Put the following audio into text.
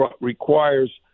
requires